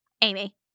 Amy